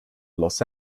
los